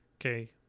Okay